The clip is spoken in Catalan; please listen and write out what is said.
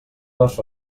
les